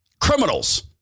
criminals